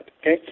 okay